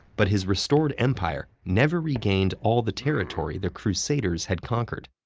but his restored empire never regained all the territory the crusaders had conquered.